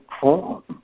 form